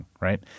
right